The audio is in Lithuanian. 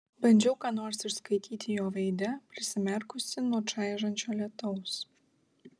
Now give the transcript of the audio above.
bandžiau ką nors išskaityti jo veide prisimerkusi nuo čaižančio lietaus